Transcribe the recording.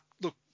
look